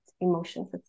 emotions